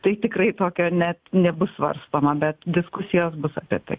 tai tikrai tokio net nebus svarstoma bet diskusijos bus apie tai